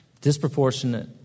Disproportionate